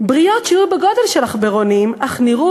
בריות שהיו בגודל של עכברונים אך נראו